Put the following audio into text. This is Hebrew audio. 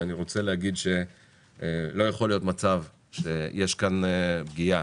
לא יכול להיות מצב שתשע פעמים